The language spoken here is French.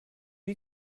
lui